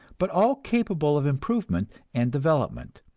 but all capable of improvement and development.